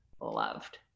loved